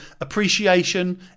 appreciation